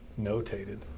notated